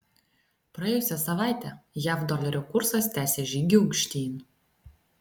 praėjusią savaitę jav dolerio kursas tęsė žygį aukštyn